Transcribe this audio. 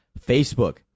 Facebook